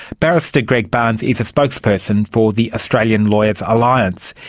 barrister greg barns is a spokesperson for the australian lawyers alliance.